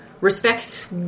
respects